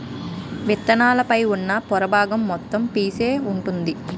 విత్తనాల పైన ఉన్న పొర బాగం మొత్తం పీసే వుంటుంది